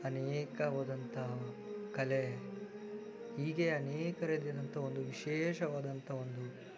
ಅನೇಕವಾದಂತಹ ಒಂದು ಕಲೆ ಹೀಗೆ ಅನೇಕ ರೀತಿಯಾದಂಥ ಒಂದು ವಿಶೇಷವಾದಂಥ ಒಂದು